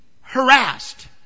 harassed